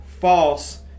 false